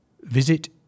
Visit